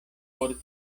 por